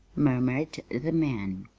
murmured the man.